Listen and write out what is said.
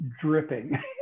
dripping